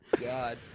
God